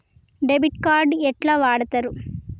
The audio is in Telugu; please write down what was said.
డెబిట్ కార్డు ఎట్లా వాడుతరు?